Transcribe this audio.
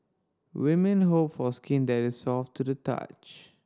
women hope for skin that is soft to the touch